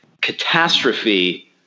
catastrophe